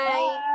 Bye